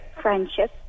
friendship